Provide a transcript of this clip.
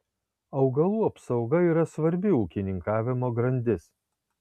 augalų apsauga yra svarbi ūkininkavimo grandis